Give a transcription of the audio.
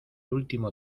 último